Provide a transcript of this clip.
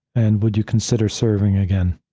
and would you consider serving again?